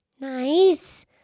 Nice